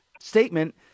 statement